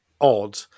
odd